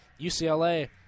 UCLA